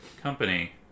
company